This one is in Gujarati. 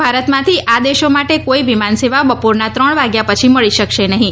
ભારતમાંથી આ દેશો માટે કોઈ વિમાન સેવા બપોરના ત્રણ વાગ્યા પછી મળી શકશે નહીં